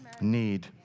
need